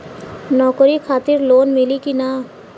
नौकरी खातिर लोन मिली की ना?